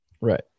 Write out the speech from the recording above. Right